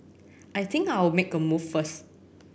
I think I'll make a move first